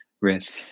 risk